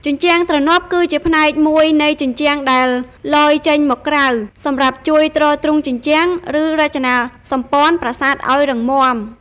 ជញ្ជាំងទ្រនាប់ គឺជាផ្នែកមួយនៃជញ្ជាំងដែលលយចេញមកក្រៅ សម្រាប់ជួយ ទ្រទ្រង់ជញ្ជាំង ឬរចនាសម្ព័ន្ធប្រាសាទឱ្យរឹងមាំ។